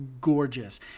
gorgeous